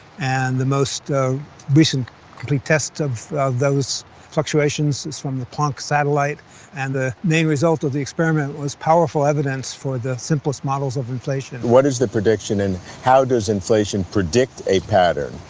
and the most recent test of those fluctuations is from the planck satellite and the main result of the experiment was powerful evidence for the simplest models of inflation. what is the prediction and how does inflation predict a pattern?